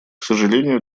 сожалению